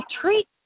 treat